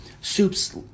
soups